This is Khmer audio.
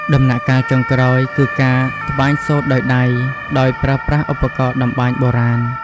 ដំណាក់កាលចុងក្រោយគឺការត្បាញសូត្រដោយដៃ ដោយប្រើប្រាស់ឧបករណ៍តម្បាញបុរាណ។